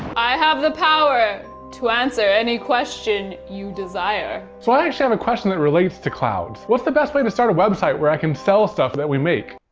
i have the power to answer any question you desire. well, i actually have a question that relates to clouds. what's the best way to start a website where i can sell stuff that we make?